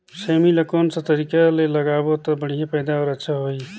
सेमी ला कोन सा तरीका ले लगाबो ता बढ़िया पैदावार अच्छा होही?